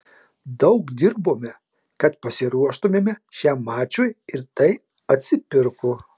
daug dirbome kad pasiruoštumėme šiam mačui ir tai atsipirko